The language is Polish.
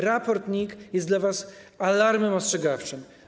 Raport NIK jest dla was alarmem ostrzegawczym.